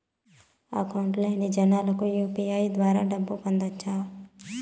Account లేని జనాలకు UPI ద్వారా డబ్బును పంపొచ్చా?